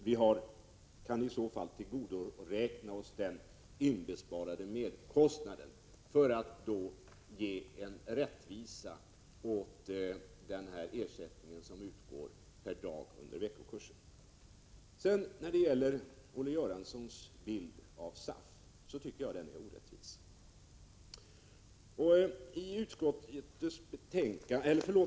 Vi kan i så fall tillgodoräkna oss den inbesparade merkostnaden för att ge en rättvisa åt den ersättning som utgår per dag under veckokurser. Jag tycker att Olle Göranssons bild av SAF är orättvis.